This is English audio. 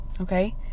okay